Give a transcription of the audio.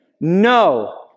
No